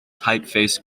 typeface